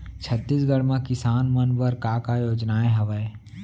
छत्तीसगढ़ म किसान मन बर का का योजनाएं हवय?